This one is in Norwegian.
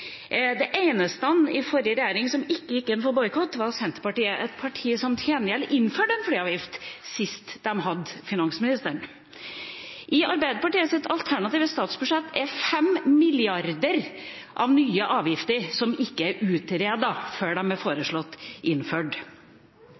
eneste i forrige regjering som ikke gikk inn for boikott, var Senterpartiet – et parti som til gjengjeld innførte en flyavgift sist de hadde finansministeren. I Arbeiderpartiets alternative statsbudsjett er det 5 mrd. kr i nye avgifter som ikke er utredet før de er